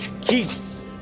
keeps